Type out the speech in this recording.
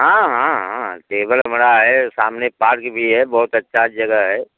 हाँ हाँ हाँ टेबल हमारा है सामने पार्क भी है बहुत अच्छा जगह है